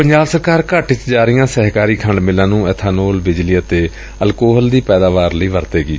ਪੰਜਾਬ ਸਰਕਾਰ ਘਾਟੇ ਚ ਜਾ ਰਹੀਆਂ ਸਹਿਕਾਰੀ ਖੰਡ ਮਿੱਲਾਂ ਨੂੰ ਇਬਾਨੋਲ ਬਿਜਲੀ ਅਤੇ ਅਲਕੋਹਲ ਦੀ ਪੈਦਾਵਾਰ ਲਈ ਵਰਤੇਗੀ